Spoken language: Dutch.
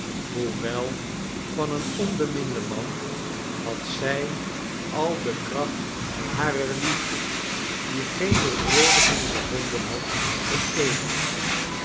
hoewel van een onbeminden man had zij al de kracht harer liefde die geen bevrediging gevonden had vereenigd